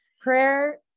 prayer